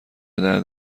درد